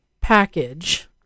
package